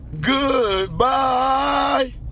Goodbye